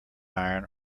iron